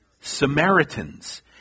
Samaritans